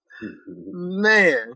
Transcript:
man